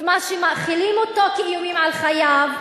את מה שמאכילים אותו כאיומים על חייו,